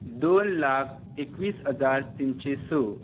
दोन लाख एकवीस अजार तिनशे स